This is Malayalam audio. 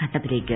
ഘട്ടത്തിലേക്ക്